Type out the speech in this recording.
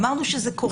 אמרנו שזה קורה.